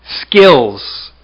skills